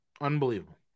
unbelievable